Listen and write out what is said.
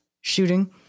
shooting